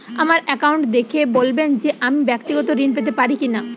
আমার অ্যাকাউন্ট দেখে বলবেন যে আমি ব্যাক্তিগত ঋণ পেতে পারি কি না?